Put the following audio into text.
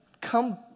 come